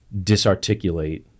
disarticulate